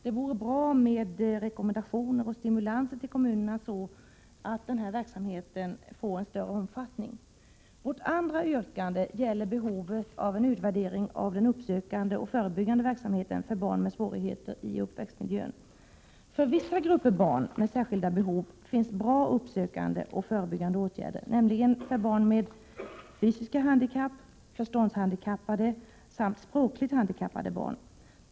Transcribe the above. Det vore bra med rekommendationer och stimulanser till kommunerna, så att verksamheten får en större omfattning. Vårt andra yrkande gäller behovet av en utvärdering av den uppsökande och förebyggande verksamheten för barn med svårigheter i uppväxtmiljön. För vissa grupper barn med särskilda behov finns bra uppsökande och förebyggande åtgärder, nämligen för barn med fysiska handikapp, förståndshandikapp samt för språkligt handikappade barn.